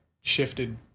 shifted